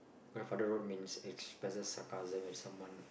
grandfather road means expresses sarcasm at someone